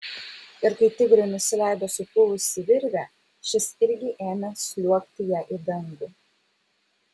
ir kai tigrui nusileido supuvusi virvė šis irgi ėmė sliuogti ja į dangų